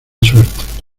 suerte